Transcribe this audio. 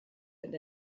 und